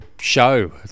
show